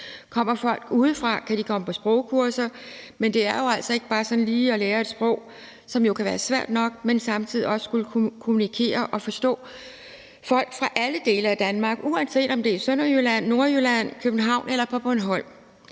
Kommer folk udefra, kan de komme på sprogkurser, men det er jo altså ikke bare sådan lige at lære et sprog, som jo kan være svært nok, men samtidig også skulle kunne kommunikere og forstå folk fra alle dele af Danmark, uanset om de er fra Sønderjylland, Nordjylland, København eller Bornholm.